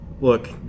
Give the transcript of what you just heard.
Look